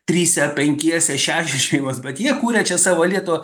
trise penkiese šešios šeimos bet jie kuria čia savo lietuvą